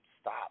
stop